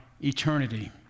eternity